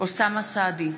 אוסאמה סעדי,